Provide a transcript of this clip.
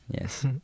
Yes